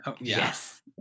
Yes